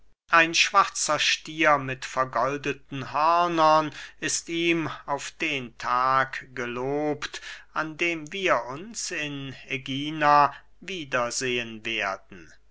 ein schwarzer stier mit vergoldeten hörnern ist ihm auf den tag gelobt an dem wir uns in ägina wiedersehen werden